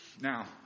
Now